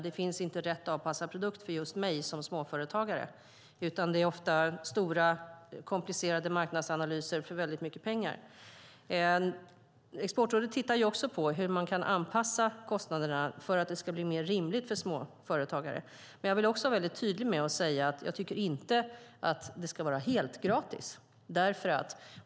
Det finns inte rätt avpassad produkt för en småföretagare, utan det är ofta stora komplicerade marknadsanalyser för väldigt mycket pengar. Exportrådet tittar på hur man kan anpassa kostnaderna för att det ska bli mer rimligt för småföretagare. Jag vill vara tydlig med att jag inte tycker att det ska vara helt gratis.